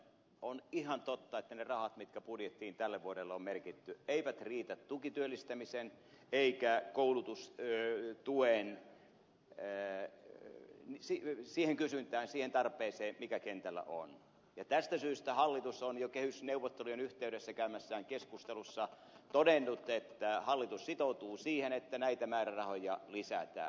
on ihan totta että ne rahat mitkä budjettiin tälle vuodelle on merkitty eivät riitä tukityöllistämisen eivätkä siihen koulutustuen kysyntään siihen tarpeeseen mikä kentällä on ja tästä syystä hallitus on jo kehysneuvottelujen yhteydessä käymässään keskustelussa todennut että hallitus sitoutuu siihen että näitä määrärahoja lisätään